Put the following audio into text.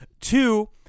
Two